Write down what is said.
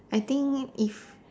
I think if